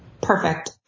Perfect